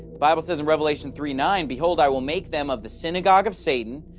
bible says in revelation three nine, behold, i will make them of the synagogue of satan,